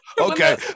Okay